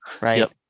right